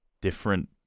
different